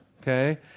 okay